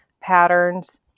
patterns